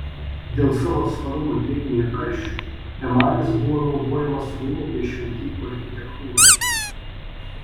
dėl savo atsparumo drėgmei ir karščiui emalis buvo naudojamas rūmų bei šventyklų architektūroje